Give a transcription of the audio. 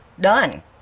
done